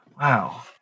Wow